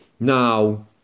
Now